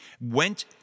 went